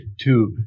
tube